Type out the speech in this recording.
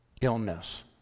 illness